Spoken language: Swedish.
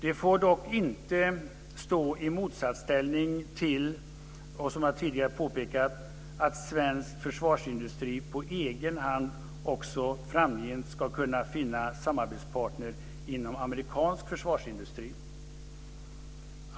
Det får dock inte stå i motsatsställning till, som jag tidigare har påpekat, att svensk försvarsindustri på egen hand också framgent ska kunna finna samarbetspartner inom amerikansk försvarsindustri.